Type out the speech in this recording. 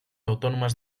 autònomes